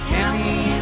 County